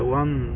one